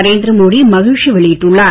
நரேந்திர மோடி மகிழ்ச்சி வெளியிட்டுள்ளார்